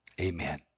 Amen